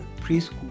preschool